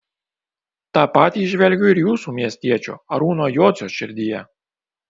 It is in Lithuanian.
tą patį įžvelgiu ir jūsų miestiečio arūno jocio širdyje